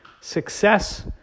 success